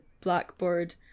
blackboard